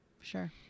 sure